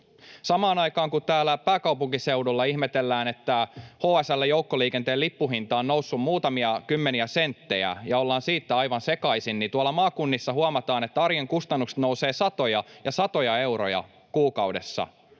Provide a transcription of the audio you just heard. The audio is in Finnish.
Samaan aikaan, kun täällä pääkaupunkiseudulla ihmetellään, että HSL:n joukkoliikenteen lippuhinta on noussut muutamia kymmeniä senttejä ja ollaan siitä aivan sekaisin, maakunnissa huomataan, että arjen kustannukset nousevat satoja ja satoja euroja kuukaudessa